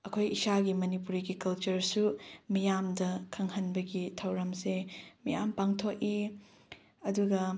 ꯑꯩꯈꯣꯏ ꯏꯁꯥꯒꯤ ꯃꯅꯤꯄꯨꯔꯤꯒꯤ ꯀꯜꯆꯔꯁꯨ ꯃꯤꯌꯥꯝꯗ ꯈꯪꯍꯟꯕꯒꯤ ꯊꯧꯔꯝꯁꯦ ꯃꯌꯥꯝ ꯄꯥꯡꯊꯣꯛꯏ ꯑꯗꯨꯒ